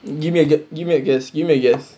give me a guess give me a guess give me a guess